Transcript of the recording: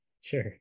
sure